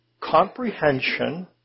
comprehension